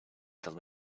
tell